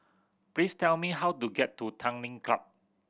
please tell me how to get to Tanglin Club